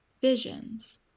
visions